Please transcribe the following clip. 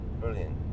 brilliant